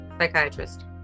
Psychiatrist